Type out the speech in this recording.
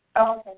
Okay